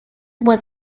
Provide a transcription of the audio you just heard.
was